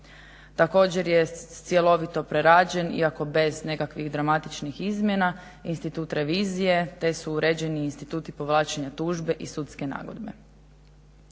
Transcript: Također je cjelovito prerađen iako bez nekakvih dramatičnih izmjena institut revizije te su uređeni instituti povlačenja tužbe i sudske nagodbe.